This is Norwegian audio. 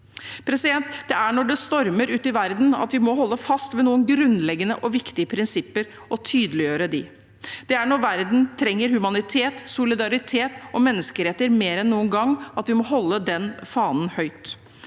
det. Det er når det stormer ute i verden at vi må holde fast ved noen grunnleggende og viktige prinsipper og tydeliggjøre dem. Det er når verden trenger humanitet, solidaritet og menneskeretter mer enn noen gang at vi må holde den fanen høyt,